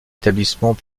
établissement